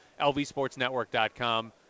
lvsportsnetwork.com